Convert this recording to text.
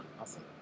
Awesome